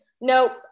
Nope